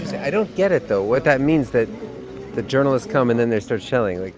i don't get it though, what that means, that the journalists come, and then they start shelling, like